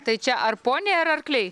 tai čia ar poniai ar arkliai